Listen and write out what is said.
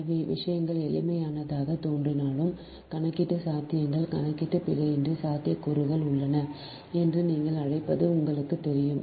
எனவே விஷயங்கள் எளிமையானதாகத் தோன்றினாலும் கணக்கீட்டு சாத்தியங்கள் கணக்கீடு பிழையின்றி சாத்தியக்கூறுகள் உள்ளன என்று நீங்கள் அழைப்பது உங்களுக்குத் தெரியும்